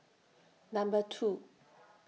Number two